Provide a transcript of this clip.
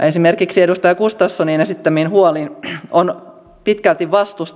esimerkiksi edustaja gustafssonin esittämiin huoliin on pitkälti